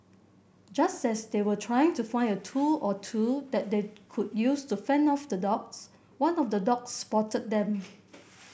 just as they were trying to find a tool or two that they could use to fend off the dogs one of the dogs spotted them